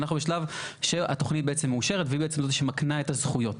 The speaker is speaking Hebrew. אנחנו בשלב שהתוכנית בעצם מאושרת והיא בעצם זו שמקנה את הזכויות.